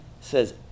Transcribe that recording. says